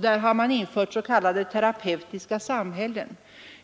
Där har införts s.k. terapeutiska samhällen,